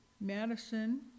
Madison